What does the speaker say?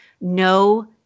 no